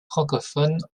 francophone